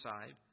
side